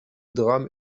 drame